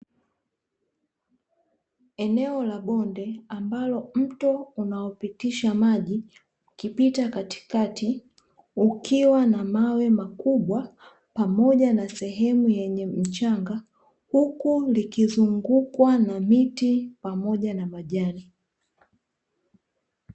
Eneo la bonde ambalo mto unaopitisha maji ukipita katikati, ukiwa na mawe makubwa pamoja na sehemu yenye mchanga, huku likizungukwa na miti pamoja na majani.